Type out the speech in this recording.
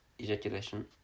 ejaculation